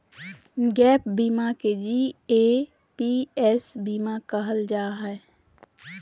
gap बीमा के GAPS बीमा भी कहल जा हय